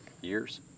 years